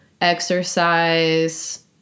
exercise